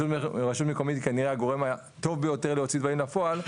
רשות מקומית היא כנראה הגורם הטוב ביותר להוציא דברים לפועל,